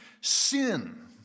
Sin